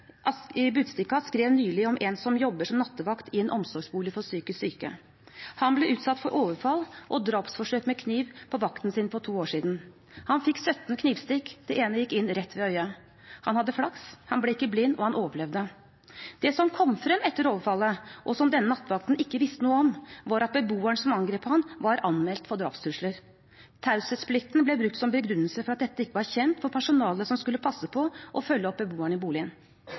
Budstikka, skrev nylig om en som jobber som nattevakt i en omsorgsbolig for psykisk syke. Han ble utsatt for overfall og drapsforsøk med kniv på vakten sin for to år siden. Han fikk 17 knivstikk, det ene gikk inn rett ved øyet. Han hadde flaks; han ble ikke blind og han overlevde. Det som kom frem etter overfallet, og som denne nattevakten ikke visste noe om, var at beboeren som angrep ham, var anmeldt for drapstrusler. Taushetsplikten ble brukt som begrunnelse for at dette ikke var kjent for personalet som skulle passe på og følge opp beboerne i boligen.